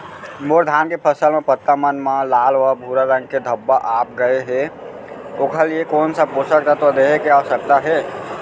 मोर धान के फसल म पत्ता मन म लाल व भूरा रंग के धब्बा आप गए हे ओखर लिए कोन स पोसक तत्व देहे के आवश्यकता हे?